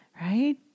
Right